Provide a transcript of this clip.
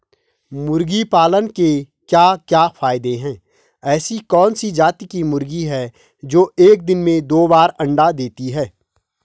मुर्गी पालन के क्या क्या फायदे हैं ऐसी कौन सी जाती की मुर्गी है जो एक दिन में दो बार अंडा देती है?